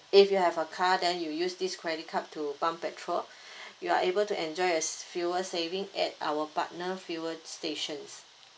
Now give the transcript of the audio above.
if you have a car then you use this credit card to pump petrol you are able to enjoy a fuel saving at our partnered fuel stations